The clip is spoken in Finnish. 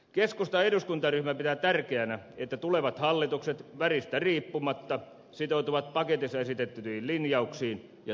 keskustan eduskuntaryhmä pitää tärkeänä että tulevat hallitukset väristä riippumatta sitoutuvat paketissa esitettyihin linjauksiin ja toimenpiteisiin